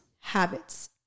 habits